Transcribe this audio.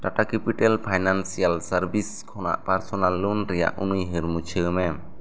Tata capital financial service ᱠᱷᱚᱱᱟᱜ personal loan ᱨᱮᱭᱟᱜ ᱩᱱᱩᱭᱦᱟᱹᱨ ᱢᱩᱪᱷᱟᱹᱣ ᱢᱮ